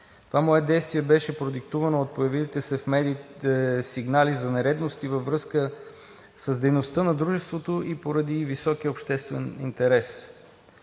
Това мое действие беше продиктувано от появилите се в медиите сигнали за нередности във връзка с дейността на Дружеството и поради високия обществен интерес.